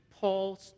Paul